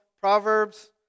Proverbs